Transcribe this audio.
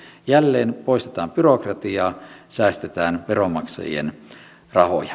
jälleen poistetaan byrokratiaa säästetään veronmaksajien rahoja